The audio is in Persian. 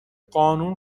قانون